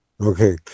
Okay